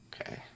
Okay